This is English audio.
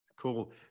Cool